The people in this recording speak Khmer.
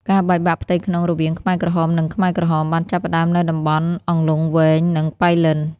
ការបែកបាក់ផ្ទៃក្នុងរវាងខ្មែរក្រហម និងខ្មែរក្រហម បានចាប់ផ្តើមនៅតំបន់អន្លង់វែង និងប៉ៃលិន។